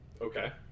okay